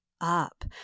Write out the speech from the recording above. up